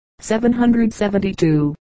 772